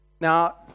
Now